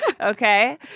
Okay